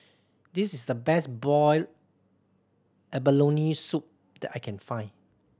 this is the best boiled abalone soup that I can find